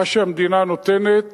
מה שהמדינה נותנת